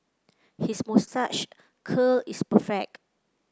his moustache curl is perfect